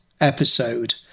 episode